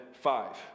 five